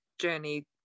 journey